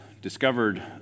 discovered